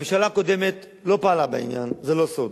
הממשלה הקודמת לא פעלה בעניין, זה לא סוד.